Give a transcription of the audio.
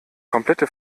komplette